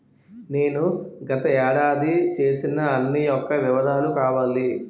నేను గత ఏడాది చేసిన అన్ని యెక్క వివరాలు కావాలి?